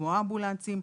כמו אמבולנסים,